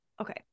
okay